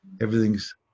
everything's